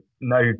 no